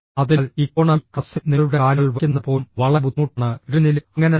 അതിനാൽ ഇക്കോണമി ക്ലാസിൽ നിങ്ങളുടെ കാലുകൾ വയ്ക്കുന്നത് പോലും വളരെ ബുദ്ധിമുട്ടാണ് ട്രെയിനിലും അങ്ങനെതന്നെ